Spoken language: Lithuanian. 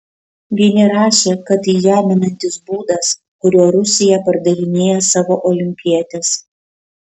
vieni rašė kad tai žeminantis būdas kuriuo rusija pardavinėja savo olimpietes